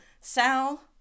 Sal